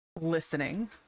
listening